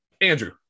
Andrew